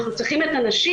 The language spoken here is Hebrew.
אנחנו צריכים את הנשים,